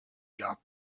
your